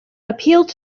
appealed